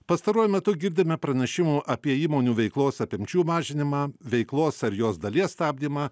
pastaruoju metu girdime pranešimų apie įmonių veiklos apimčių mažinimą veiklos ar jos dalies stabdymą